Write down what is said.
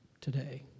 today